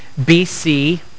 bc